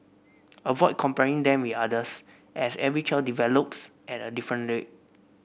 avoid comparing them with others as every child develops at a different rate